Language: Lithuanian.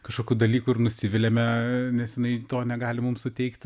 kažkokių dalykų ir nusiviliame nes jinai to negali mums suteikti